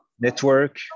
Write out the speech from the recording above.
network